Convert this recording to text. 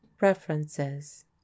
References